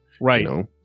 Right